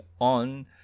on